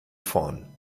vorn